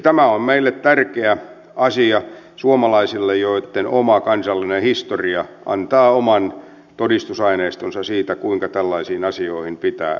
tämä on tärkeä asia meille suomalaisille joitten oma kansallinen historia antaa oman todistusaineistonsa siitä kuinka tällaisiin asioihin pitää suhtautua